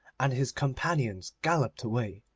and his companions galloped away.